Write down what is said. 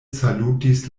salutis